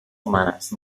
humanes